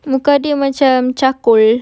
muka dia macam charcoal